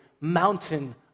mountain